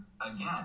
again